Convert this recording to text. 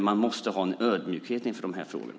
Man måste ha en ödmjukhet inför de här frågorna.